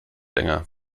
länger